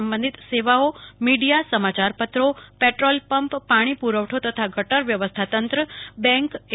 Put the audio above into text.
સબંધિત સેવાઓ મીડીયા સમાચાર પત્રો પેટ્રોલપંપ પાણી પુરવઠો તથા ગટર વ્યવસ્થા તંત્ર બેંકએ